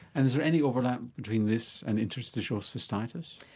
and is there any overlap between this and interstitial cystitis?